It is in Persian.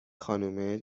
خانومه